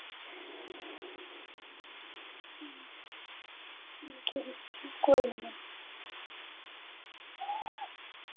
লিখে দিচ্ছি করে নেবেন